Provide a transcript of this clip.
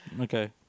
Okay